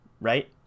right